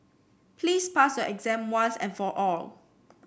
please pass your exam once and for all